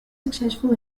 successful